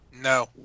No